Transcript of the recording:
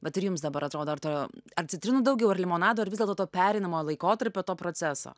vat ir jums dabar atrodo artojo ar citrinų daugiau ar limonado ar vis dėlto pereinamojo laikotarpio to proceso